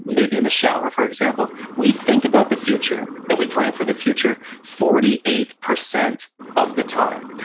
maybe in the shower for example, we think about the future and we plan for the future forty eight percent of the time.